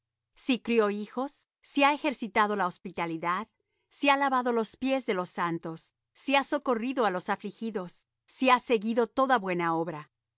si crió hijos si ha ejercitado la hospitalidad si ha lavado los pies de los santos si ha socorrido á los afligidos si ha seguido toda buena obra